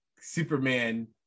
Superman